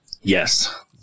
yes